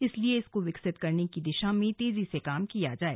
इसलिए इसको विकसित करने की दिशा में तेजी से काम किया जाए